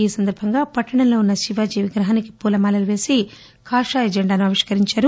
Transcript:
ఈ సందర్బంగా పట్టణంలో వున్స శివాజీ విగ్రహానికి పూలమాలలు వేసి కాషాయ జెండాను ఆవిష్కరించారు